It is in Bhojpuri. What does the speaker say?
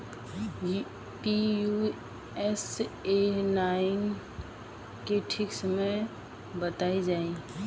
पी.यू.एस.ए नाइन के ठीक समय बताई जाई?